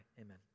Amen